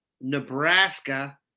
Nebraska